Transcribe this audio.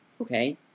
Okay